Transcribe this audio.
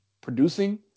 producing